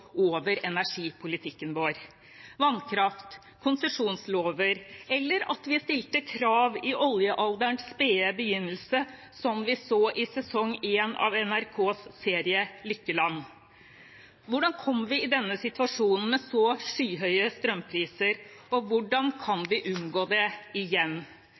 over energipolitikken vår – vannkraft, konsesjonslover eller at vi stilte krav i oljealderens spede begynnelse, slik vi så i sesong én av NRKs serie Lykkeland. Hvordan kom vi i denne situasjonen med så skyhøye strømpriser, og hvordan kan vi unngå det igjen?